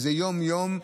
וזה יום-יום,